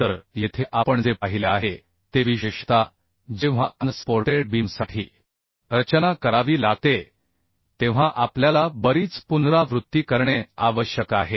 तर येथे आपण जे पाहिले आहे ते विशेषतः जेव्हा अनसपोर्टेड बीमसाठी रचना करावी लागते तेव्हा आपल्याला बरीच पुनरावृत्ती करणे आवश्यक आहे